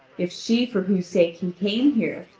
if she for whose sake he came here,